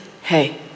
hey